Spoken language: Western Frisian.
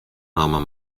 namme